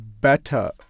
better